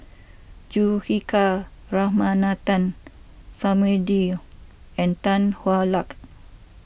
Juthika Ramanathan Samuel Dyer and Tan Hwa Luck